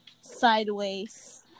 sideways